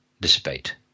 dissipate